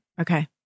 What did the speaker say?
Okay